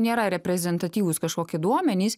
nėra reprezentatyvūs kažkokie duomenys